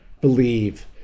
believe